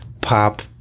pop